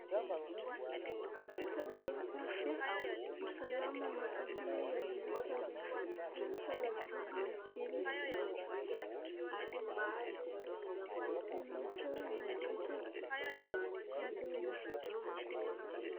Kitabu ya afya, usalama na tabia ya darasa ya gredi ya pili ina uchoro ya watoto wadogo